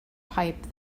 pipe